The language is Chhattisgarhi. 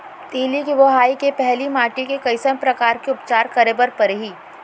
तिलि के बोआई के पहिली माटी के कइसन प्रकार के उपचार करे बर परही?